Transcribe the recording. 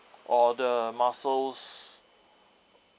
or the mussels